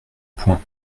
point